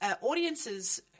Audiences